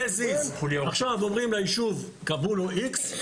עכשיו אומרים ליישוב, קבעו לו X,